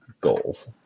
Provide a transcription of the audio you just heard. goals